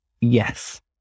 Yes